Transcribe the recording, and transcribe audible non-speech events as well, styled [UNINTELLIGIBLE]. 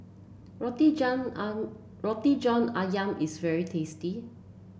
Roti John [UNINTELLIGIBLE] Roti John ayam is very tasty